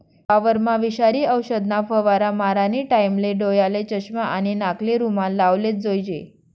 वावरमा विषारी औषधना फवारा मारानी टाईमले डोयाले चष्मा आणि नाकले रुमाल लावलेच जोईजे